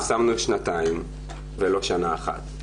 שנתיים ולא שנה אחת,